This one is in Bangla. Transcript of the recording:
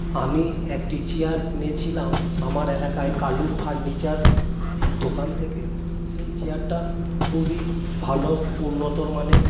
আমি একটি চেয়ার কিনেছিলাম আমার এলাকায় কালু ফার্ণিচার দোকান থেকে সেই চেয়ারটা খুবই ভালো উন্নতর মানের